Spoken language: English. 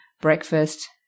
breakfast